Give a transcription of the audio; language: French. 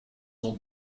ont